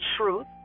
truth